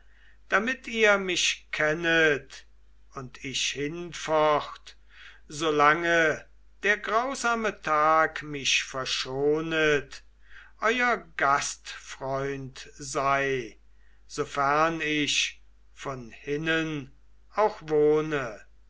damit ihr mich kennet und ich hinfort solange der grausame tag mich verschonet euer gastfreund sei so fern ich von hinnen auch wohne